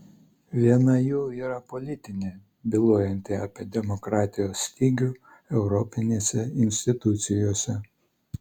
viena jų yra politinė bylojanti apie demokratijos stygių europinėse institucijose